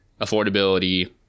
affordability